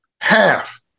Half